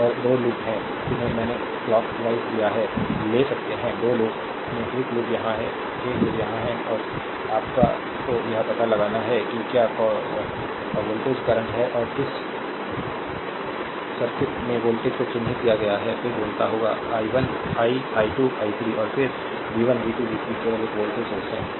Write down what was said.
और 2 लूप हैं जिन्हें मैंने क्लॉक वाइज लिया है ले सकते हैं 2 लूप हैं एक लूप यहां है एक लूप यहां है और आपका को यह पता लगाना है कि क्या कॉल वॉल्टेज करंट है और इस सर्किट में वॉल्टेज को चिह्नित किया गया है फिर ढूंढना होगा I i 1 i2 i 3 और फिर v 1 v 2 v 3 केवल एक वोल्टेज सोर्स है